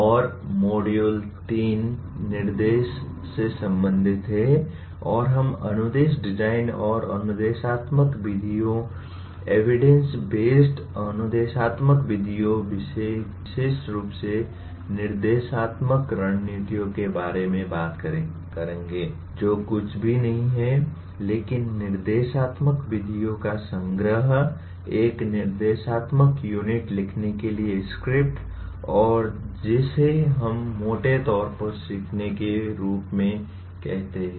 और मॉड्यूल 3 निर्देश से संबंधित है और हम अनुदेश डिजाइन और अनुदेशात्मक विधियों एविडेन्स बेस्ड अनुदेशात्मक विधियों विशेष रूप से निर्देशात्मक रणनीतियों के बारे में बात करेंगे जो कुछ भी नहीं हैं लेकिन निर्देशात्मक विधियों का संग्रह एक निर्देशात्मक यूनिट लिखने के लिए स्क्रिप्ट और जिसे हम मोटे तौर पर सीखने के रूप में कहते हैं